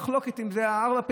יש מחלוקת אם זה היה ארבע פעמים,